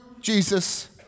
Jesus